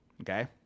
Okay